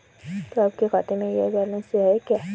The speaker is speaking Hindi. आपके खाते में यह बैलेंस है क्या?